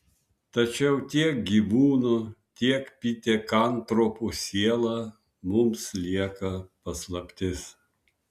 tačiau tiek gyvūnų tiek pitekantropų siela mums lieka paslaptis